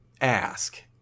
ask